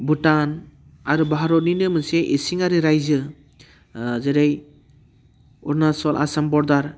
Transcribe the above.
भुटान आरो भारतनिनो मोनसे इसिङारि रायजो जेरै अरुणाचल आसाम बरदार